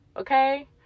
okay